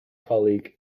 colleague